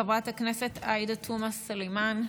חברת הכנסת עאידה תומא סלימאן,